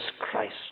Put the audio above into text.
Christ